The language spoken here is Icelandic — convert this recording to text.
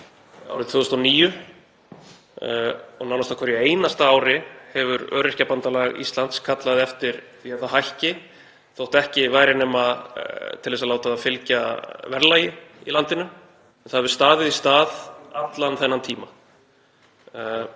árið 2009. Nánast á hverju einasta ári hefur Öryrkjabandalag Íslands kallað eftir því að það hækki, þótt ekki væri nema til þess að láta það fylgja verðlagi í landinu, og það hefur staðið í stað allan þennan tíma.